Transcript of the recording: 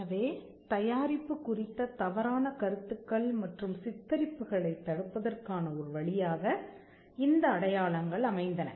எனவே தயாரிப்பு குறித்த தவறான கருத்துக்கள் மற்றும் சித்தரிப்புகளைத் தடுப்பதற்கான ஒருவழியாக இந்த அடையாளங்கள் அமைந்தன